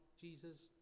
Jesus